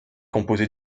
composé